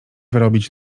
wyrobić